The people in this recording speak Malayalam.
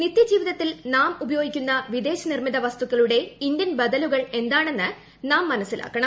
നിതൃജീവിതത്തിൽ നാം ഉപയോഗിക്കുന്ന വിദേശനിർമിത വസ്തുക്കളുടെ ഇന്ത്യൻ ബദലുകൾ എന്താണെന്ന് നാം മനസ്സിലാക്കണം